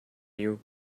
you